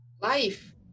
Life